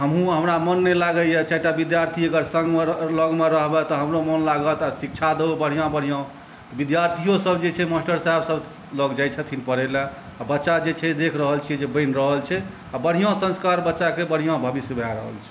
हमहुॅं हमरा मोन नहि लागैया चारिटा विद्यार्थी अगर सङ्गमे रहय लगमे रहबै तऽ हमरो मोन लागत शिक्षा देबौ बढ़िऑं बढ़िऑं विद्यार्थियो जे छे मासटर सहेब सब लग जाइ छथिन पढ़य लए आ बच्चा जे छै देख रहल छियै जे बनि रहल छै आ बढ़िऑं संस्कार बच्चा कए बढ़िऑं भविष्य भए रहल छै